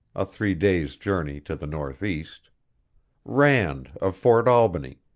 a three days' journey to the northeast rand of fort albany,